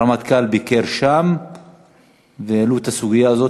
הרמטכ"ל ביקר שם והעלו את הסוגיה הזו